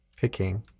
picking